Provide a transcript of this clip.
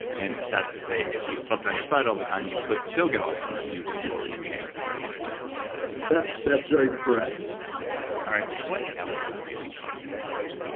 and that's to say if you slept on your side all the time you could still get alzheimer's, you just lower your chances of getting it that's that's very correct all right, what else do you think causes alzheimer's?